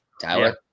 Tyler